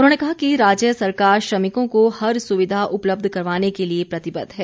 उन्होंने कहा कि राज्य सरकार श्रमिकों को हर सुविधा उपलब्ध करवाने के लिए प्रतिबद्ध है